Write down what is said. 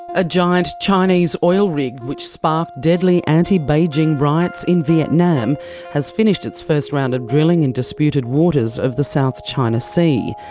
a giant chinese oil rig which sparked deadly anti-beijing riots in vietnam has finished its first round of drilling in disputed waters of the south china sea.